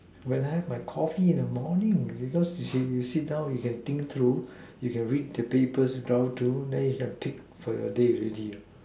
when I have my Coffee in the morning because you sit down you you can think through you can read the papers round two then you can peek for the day already